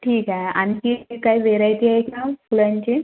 ठीक आहे आणखी काही व्हेरायटी आहे का फुलांची